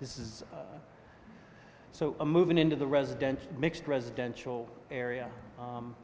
this is so i'm moving into the residential mixed residential area